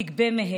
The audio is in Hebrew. תגבה מהם,